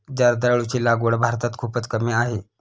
जर्दाळूची लागवड भारतात खूपच कमी आहे